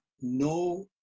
no